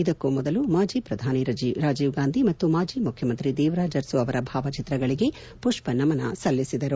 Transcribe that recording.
ಇದಕ್ಕೂ ಮೊದಲು ಮಾಜಿ ಪ್ರಧಾನಿ ರಾಜೀವ್ ಗಾಂಧಿ ಮತ್ತು ಮಾಜಿ ಮುಖ್ಯಮಂತ್ರಿ ದೇವರಾಜ ಅರಸು ಅವರ ಭಾವಚಿತ್ರಗಳಿಗೆ ಪುಪ್ಪನಮನ ಸಲ್ಲಿಸಿದರು